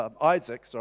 Isaac